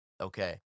okay